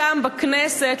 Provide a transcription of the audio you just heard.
שם בכנסת,